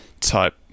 type